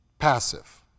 passive